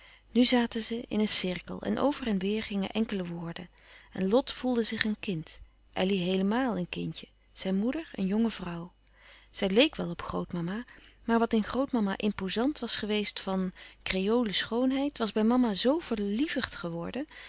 nu zaten ze in een cirkel en over en weêr gingen enkele woorden en lot voelde zch een kind elly heelemaal een kindje zijn moeder een jonge vrouw zij leek wel op grootmama maar wat in grootmama impozant was geweest van kreole schoonheid was bij mama zoo verlievigd geworden